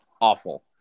awful